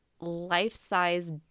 life-size